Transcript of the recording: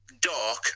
dark